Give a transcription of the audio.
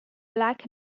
black